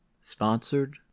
Sponsored